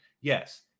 Yes